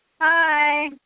Hi